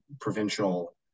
provincial